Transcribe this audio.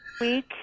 week